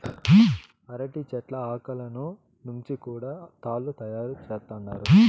అరటి చెట్ల ఆకులను నుంచి కూడా తాళ్ళు తయారు చేత్తండారు